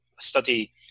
study